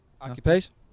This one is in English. Occupation